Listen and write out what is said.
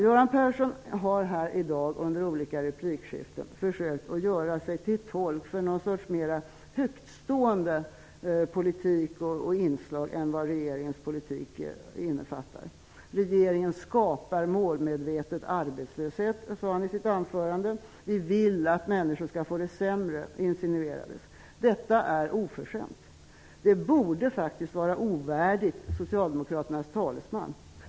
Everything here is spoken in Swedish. Göran Persson har i dag i olika replikskiften försökt att göra sig till tolk för något slags mera högtstående politik än vad regeringens politik innefattar. Göran Persson sade i sitt anförande att regeringen målmedvetet skapar arbetslöshet. Han insinuerade att regeringen vill att människor skall få det sämre. Detta är oförskämt, och det borde vara ovärdigt Socialdemokraternas talesman.